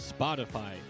spotify